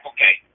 Okay